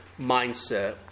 mindset